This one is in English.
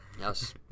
Yes